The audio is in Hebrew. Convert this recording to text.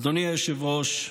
אדוני היושב-ראש,